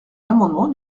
l’amendement